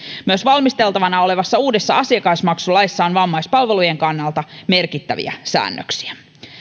myös valmisteltavana olevassa uudessa asiakasmaksulaissa on vammaispalvelujen kannalta merkittäviä säännöksiä